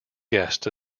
guests